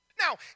Now